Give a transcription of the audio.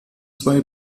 zwei